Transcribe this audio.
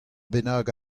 bennak